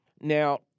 Now